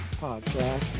Podcast